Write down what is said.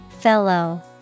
Fellow